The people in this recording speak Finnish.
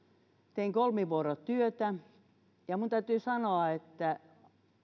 tein kolmivuorotyötä ja minun täytyy sanoa että